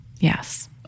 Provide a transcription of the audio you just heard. Yes